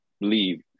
leave